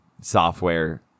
software